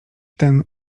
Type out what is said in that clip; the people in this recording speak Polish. ten